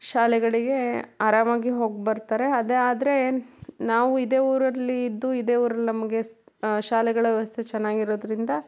ಶಾಲೆಗಳಿಗೆ ಆರಾಮಾಗಿ ಹೋಗಿ ಬರ್ತಾರೆ ಅದೆ ಆದರೆ ನಾವು ಇದೆ ಊರಲ್ಲಿ ಇದ್ದು ಇದೆ ಊರಲ್ಲಿ ನಮಗೆ ಸ್ ಶಾಲೆಗಳ ವ್ಯವಸ್ಥೆ ಚೆನ್ನಾಗಿರೋದ್ರಿಂದ